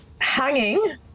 Hanging